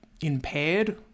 impaired